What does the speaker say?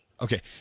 Okay